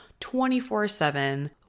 24-7